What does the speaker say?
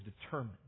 determined